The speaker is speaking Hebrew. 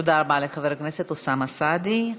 תודה רבה לחבר הכנסת אוסאמה סעדי.